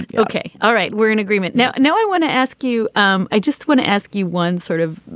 ok all right. we're in agreement now. and now, i want to ask you um i just want to ask you one sort of